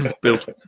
built